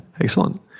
excellent